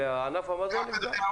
ענף המזון נפגע.